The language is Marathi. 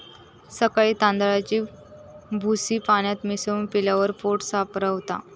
सकाळी तांदळाची भूसी पाण्यात मिसळून पिल्यावर पोट साफ रवता